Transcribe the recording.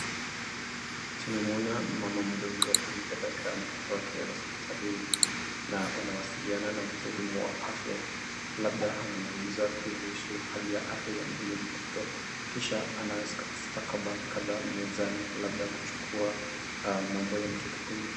Tunamwona mama mdogo amempeleka mtoto wake hospitalini na wanawasiliana na mhudumu wa afya labda anamwuliza kuhusu hali ya afya ya huyu mtoto kisha ana stakabadhi kadhaa mezani, labda kuchukua mambo ya mtoto huyu.